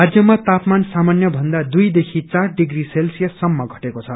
राज्यमा तापमान सामान्य भन्दा दुई देखि चार डिग्री सेलस्यिस सम्म घटेको छ